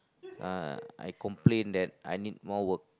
uh I complain that I need more work